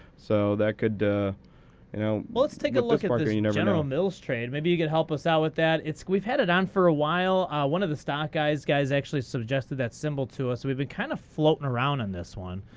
so that could you know well, let's take a look at like this you know general mills trade. maybe you can help us out with that. we've had it on for a while. one of the stock guys guys actually suggested that symbol to us. we've been kind of floating around on this one.